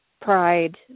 pride